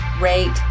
rate